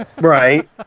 Right